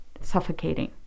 suffocating